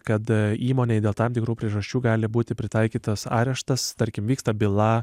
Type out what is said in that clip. kad įmonei dėl tam tikrų priežasčių gali būti pritaikytas areštas tarkim vyksta byla